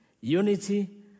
unity